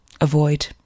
avoid